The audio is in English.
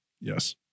Yes